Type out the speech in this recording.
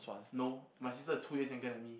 no my sister is two years younger than me